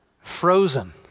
Frozen